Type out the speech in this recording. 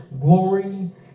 glory